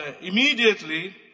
immediately